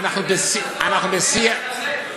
חבר הכנסת חסון,